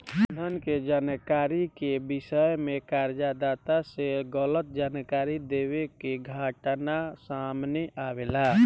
बंधक के जानकारी के विषय में कर्ज दाता से गलत जानकारी देवे के घटना सामने आवेला